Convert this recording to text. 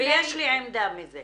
לפני --- ויש לי עמדה על זה.